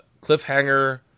cliffhanger